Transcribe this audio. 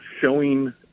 showing